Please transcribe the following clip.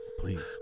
Please